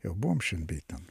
jau buvome šen bei ten